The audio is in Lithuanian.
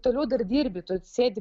toliau dar dirbi tu atsisėdi